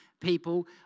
people